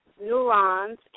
neurons